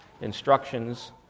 instructions